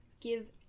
give